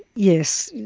yes,